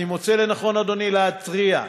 אני מוצא לנכון, אדוני, להתריע,